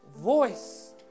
voice